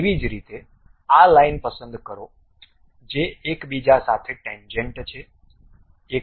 તેવી જ રીતે આ લાઇન પસંદ કરો જે એકબીજા સાથે ટેન્જેન્ટ છે